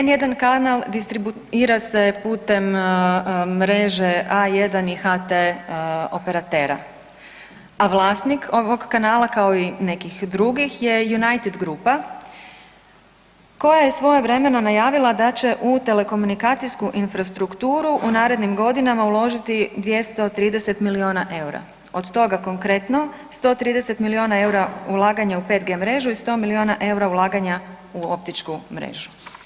N1 kanal distribuira se putem mreže A1 i HT operatera, a vlasnik ovog kanala kao i nekih drugih je United grupa koja je svojevremeno najavila da će u telekomunikacijsku infrastrukturu u narednim godinama uložiti 230 milijuna EUR-a, od toga konkretno 130 milijuna EUR-a ulaganja u 5G mrežu i 100 milijuna EUR-a ulaganja u optičku mrežu.